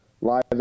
live